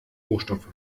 rohstoffe